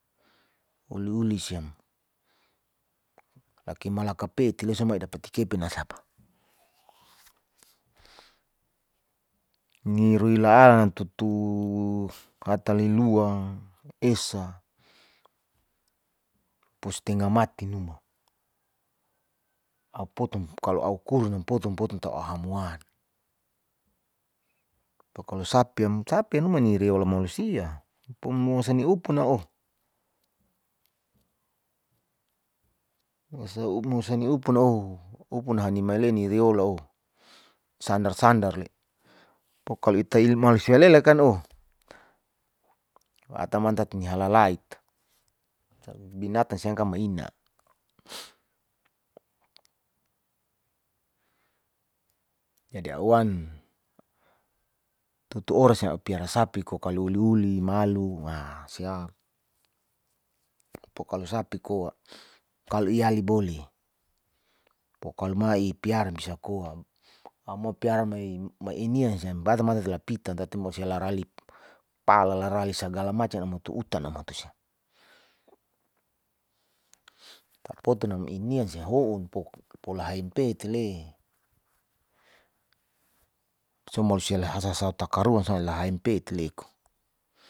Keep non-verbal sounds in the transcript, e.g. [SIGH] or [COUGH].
Uliuli siam lakimalaka peti lesimai dapeti kepin'a sampe, [NOISE] nini reola'an tutu hatale lua esa pustenga matu numa a'u poton kalo a'u kurnam poton-poton tau 'u hamwan, pokola sapia, sapian numa ni reola manusia pomosan niupun'na oh. [HESITATION] mosan niupuna oh upuna hani maleni ni riola oh sandar-sandar le, pokola ita ilma sialela kan oh [NOISE] ata mantat ni halala'it, binatan sian kam ma'ina [NOISE] jadi a'u wan [HESITATION] tutu oras a'u piara sapi ko kalo uli-uli, malu, aah sia, poklo sapi koa kalo hiali bole poklo mai piaran bisa koa, a'u mau piara me mei inia siam baran mata lapitan tatin mosilari pala la lari sagala macam a'u moto utan'a na moto siam [NOISE] tapoton nam inia sia houn pola haim peti'le, so malusia la hasa-hasa takarun lahaim peti'le ko.